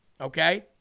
okay